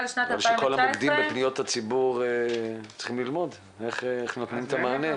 כל המוקדים בפניות הציבור צריכים ללמוד איך נותנים את המענה,